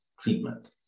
treatment